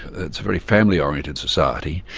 it's a very family oriented society.